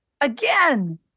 again